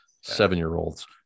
seven-year-olds